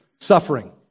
suffering